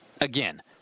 Again